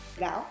Now